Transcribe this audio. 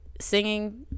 singing